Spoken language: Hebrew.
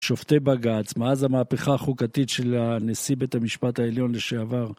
שופטי בגץ, מאז המהפכה החוקתית של הנשיא בית המשפט העליון לשעבר